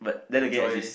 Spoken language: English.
enjoy